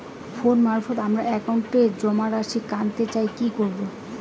Phone মারফত আমার একাউন্টে জমা রাশি কান্তে চাই কি করবো?